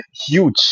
huge